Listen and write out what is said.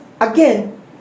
again